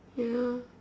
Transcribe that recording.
ya